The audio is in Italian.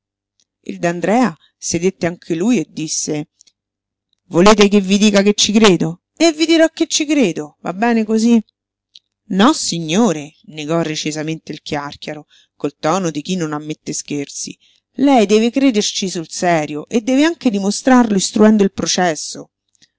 il d'andrea sedette anche lui e disse volete che vi dica che ci credo e vi dirò che ci credo va bene cosí nossignore negò recisamente il chiàrchiaro col tono di chi non ammette scherzi lei deve crederci sul serio e deve anche dimostrarlo istruendo il processo